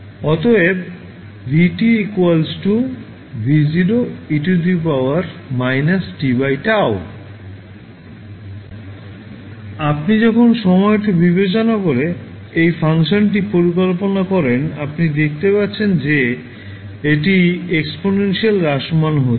অতএব v V e−tτ আপনি যখন সময়টি বিবেচনা করে এই ফাংশনটি পরিকল্পনা করেন আপনি দেখতে পাচ্ছেন যে এটি এক্সপনেন্সিয়াল হ্রাসমানহচ্ছে